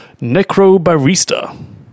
Necrobarista